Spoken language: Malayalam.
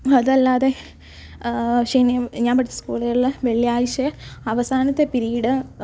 അതല്ലാതെ ശനി ഞാൻ പഠിച്ച സ്കൂളുകളിൽ വെള്ളിയാഴ്ച അവസാനത്തെ പീരീഡ്